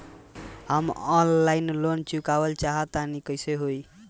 हम offline loan चुकावल चाहऽ तनि कइसे होई?